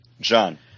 John